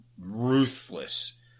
ruthless